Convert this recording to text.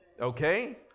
Okay